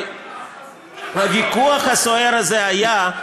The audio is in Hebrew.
אבל הוויכוח הסוער הזה היה: